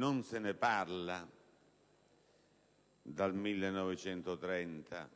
Non se ne parla dal 1930;